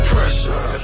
Pressure